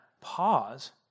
pause